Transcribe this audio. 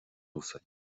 uasail